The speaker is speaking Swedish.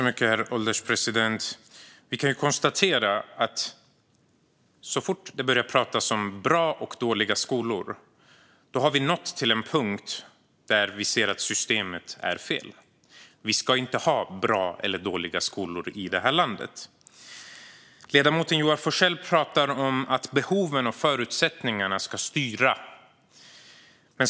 Herr ålderspresident! Vi kan konstatera att så fort det börjar pratas om bra och dåliga skolor har vi nått till en punkt där vi ser att systemet är fel. Vi ska inte ha bra eller dåliga skolor i detta land. Ledamoten Joar Forssell pratar om att behoven och förutsättningarna ska styra.